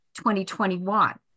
2021